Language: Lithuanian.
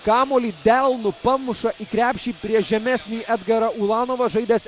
kamuolį delnu pamuša į krepšį prieš žemesnį edgarą ulanovą žaidęs